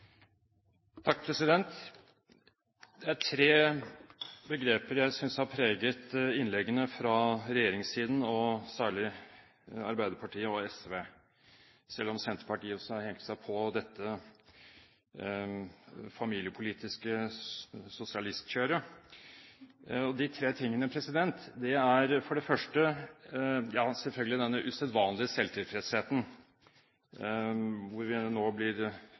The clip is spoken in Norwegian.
tre begreper jeg synes har preget innleggene fra regjeringssiden, særlig Arbeiderpartiet og SV – selv om Senterpartiet også har hengt seg på dette familiepolitiske sosialistkjøret. De tre tingene er for det første, selvfølgelig, den usedvanlige selvtilfredsheten. Vi blir nå